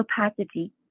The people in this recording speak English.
opacity